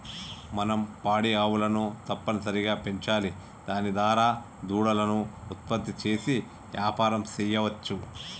మనం పాడి ఆవులను తప్పనిసరిగా పెంచాలి దాని దారా దూడలను ఉత్పత్తి చేసి యాపారం సెయ్యవచ్చు